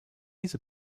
diese